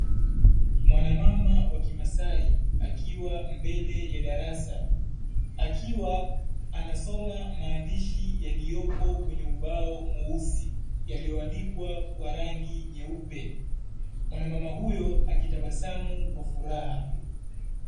Mwanamama wa kimasai akiwa mbele ya darasa akiwa anasoma maandishi yaliyopo kwenye ubao mweusi yaliyoandikwa kwa rangi nyeupe, mwanamama huyo akitabasamu kwa furaha.